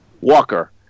walker